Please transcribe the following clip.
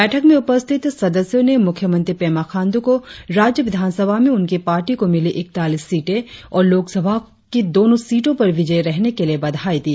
बैठक में उपस्थित सदस्यों ने मुख्य मंत्री पेमा खांडू को राज्य विधानसभा में उनकी पार्टी को मिली इक्तालीस सीटे और लोकसभा को दोनो सीटो पर विजय रहने के लिए बधाई दी